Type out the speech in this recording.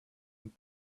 and